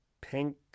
pink